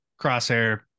crosshair